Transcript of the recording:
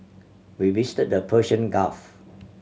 we visited the Persian Gulf